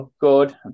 good